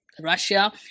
Russia